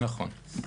נכון.